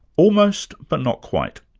almost, but not quite.